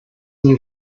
new